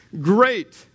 great